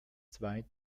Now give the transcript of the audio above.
zwei